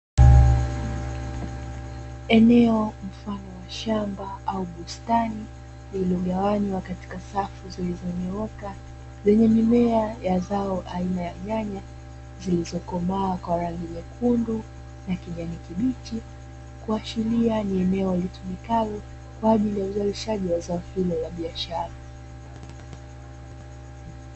Eneo mfano wa shamba au bustani, lililogawanywa katika safu zilizonyooka zenye mimea ya zao aina ya yanya zilizokomaa kwa rangi nyekundu na kijani kibichi, kuashiria ni eneo litumikalo kwa ajili ya uzalishaji wa zao hilo la biashara.